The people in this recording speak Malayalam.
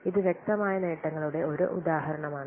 ഇത് വ്യക്തമായ നേട്ടങ്ങളുടെ ഒരു ഉദാഹരണമാണ്